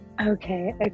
Okay